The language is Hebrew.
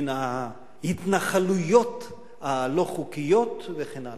מן ההתנחלויות הלא-חוקיות וכן הלאה.